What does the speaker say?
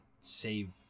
save